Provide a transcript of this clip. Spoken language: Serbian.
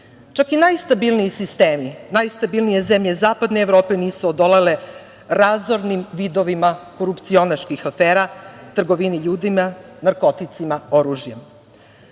Čak i najstabilniji sistemi, najstabilnije zemlje zapadne Evrope nisu odolele razornim vidovima korupcionaških afera, trgovini ljudima, narkoticima, oružjem. Od